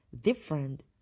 different